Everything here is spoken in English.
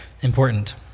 important